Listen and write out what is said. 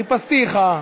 חיפשתיך.